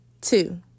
Two